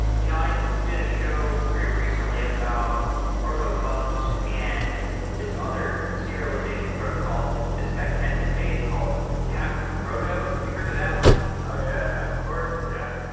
you know i didn't show pretty recently about protobufs and this other serialization protocol that this guy kenton made called cap'n proto. have you heard of that one? oh, yeah. of course. yeah.